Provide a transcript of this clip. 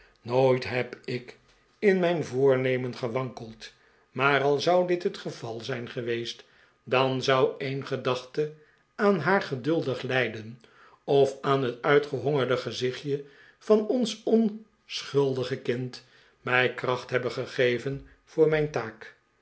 nooit heb ik in mijn voornemen gewankeld maar al zou dit het geval zijn geweest dan zou een gedachte aan haar geduldig lijden of aan het uitgehongerde gezichtje van ons ohschuldige kind mij kracht hebben gegeven voor mijn taak